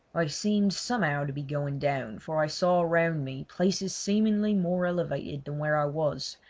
i seemed somehow to be going down, for i saw round me places seemingly more elevated than where i was,